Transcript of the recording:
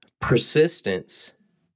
persistence